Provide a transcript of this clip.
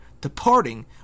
departing